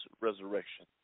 resurrection